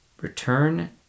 return